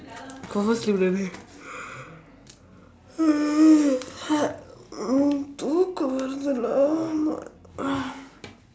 confirm sleep already தூக்கம் வருது:thuukkam varuthu lah